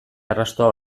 arrastoa